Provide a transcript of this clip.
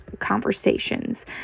conversations